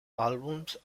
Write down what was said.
albums